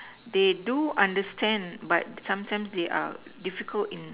they do understand but sometimes they are difficult in